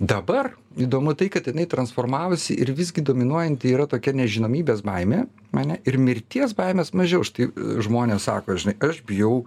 dabar įdomu tai kad jinai transformavosi ir visgi dominuojanti yra tokia nežinomybės baimė ane ir mirties baimės mažiau štai žmonės sako žinai aš bijau